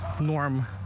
norm